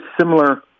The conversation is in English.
similar